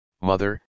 mother